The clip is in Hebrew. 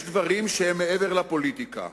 יש דברים שהם מעבר לפוליטיקה.